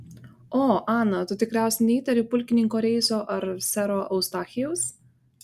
o ana tu tikriausiai neįtari pulkininko reiso ar sero eustachijaus